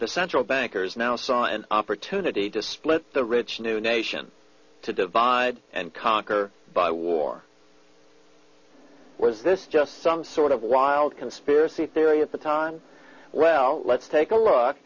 the central bankers now saw an opportunity to split the rich new nation to divide and conquer by war was this just some sort of wild conspiracy theory at the time well let's take a look